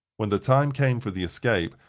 when the time came for the escape,